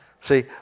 See